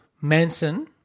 Manson